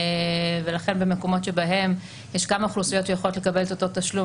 ולכן במקומות שבהם יש כמה אוכלוסיות שיכולות לקבל את אותו תשלום